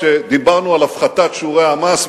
כשדיברנו על הפחתת שיעורי המס,